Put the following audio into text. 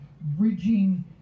bridging